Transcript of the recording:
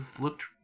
looked